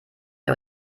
der